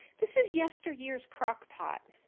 this is yesteryear's crockpot.